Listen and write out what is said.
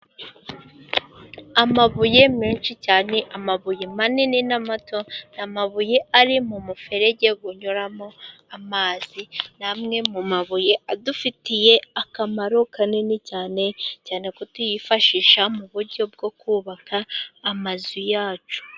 Amabuye menshi cyane ,amabuye manini n'amato ,ni amabuye ari mu muferege unyuramo amazi ,ni amwe mu mabuye, adufitiye akamaro kanini cyane ,cyane ko tuyifashisha mu buryo bwo kubaka, amazu yacu.